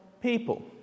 people